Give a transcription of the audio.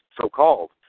so-called